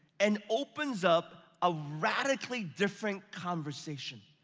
and opens up a radically different conversation.